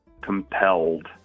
compelled